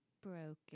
broken